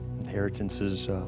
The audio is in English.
Inheritances